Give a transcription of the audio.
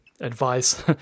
advice